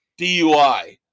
DUI